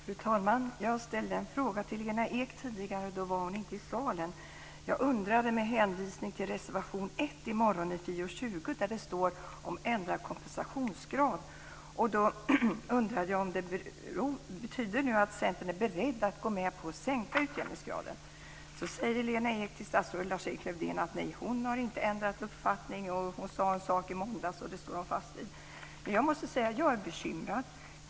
Fru talman! Tidigare ställde jag en fråga till Lena Ek men då var hon inte här i salen. Med hänvisning till morgondagen och till reservation 1 i FiU20, där det står om ändrad kompensationsgrad, undrar jag om det betyder att Centern nu är beredd att gå med på att sänka utjämningsgraden. Till statsrådet Lars-Erik Lövdén säger Lena Ek att hon inte har ändrat uppfattning och att hon står fast vid vad hon sade i måndags. Jag måste säga att jag är bekymrad.